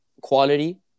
quality